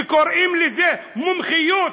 וקוראים לזה מומחיות.